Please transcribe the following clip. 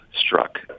struck